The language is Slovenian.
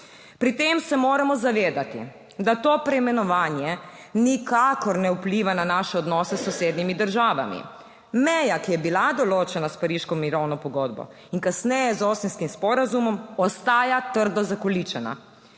Pri tem se moramo zavedati, da to preimenovanje nikakor ne vpliva na naše odnose s sosednjimi državami. Meja, ki je bila določena s Pariško mirovno pogodbo in kasneje z osimskim sporazumom, ostaja trdo zakoličena.